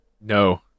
no